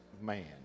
man